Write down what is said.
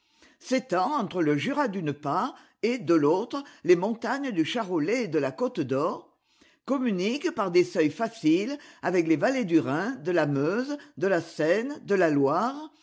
s'étend entre le jura d'une part et de l'autre les montagnes du charolais et de la côte dor communique par des seuils faciles avec les vallées du rhin de la meuse de la seine de la loire